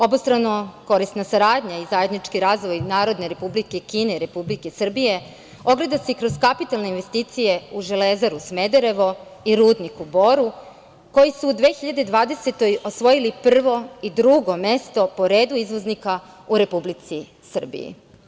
Obostrano korisna saradnja i zajednički razvoj Narodne Republike Kine i Republike Srbije ogleda se i kroz kapitalne investicije u Železaru Smederevo i rudnik u Boru, koji su u 2020. godini osvojili prvo i drugo mesto po redu izvoznika u Republici Srbiji.